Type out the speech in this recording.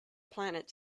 planet